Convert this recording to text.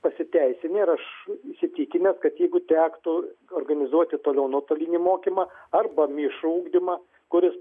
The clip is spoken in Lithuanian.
pasiteisinę ir aš įsitikinęs kad jeigu tektų organizuoti toliau nuotolinį mokymą arba mišrų ugdymą kuris